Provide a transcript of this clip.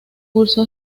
cursó